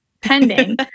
Pending